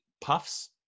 puffs